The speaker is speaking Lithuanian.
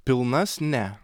pilnas ne